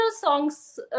songs